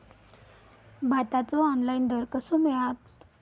भाताचो ऑनलाइन दर कसो मिळात?